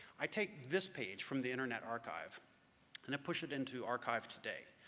i take this page from the internet archive and push it into archive today,